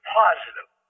positive